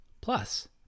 Plus